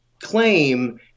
claim